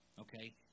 okay